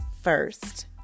first